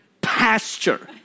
pasture